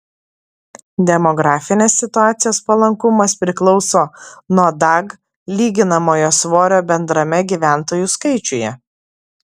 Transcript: demografinės situacijos palankumas priklauso nuo dag lyginamojo svorio bendrame gyventojų skaičiuje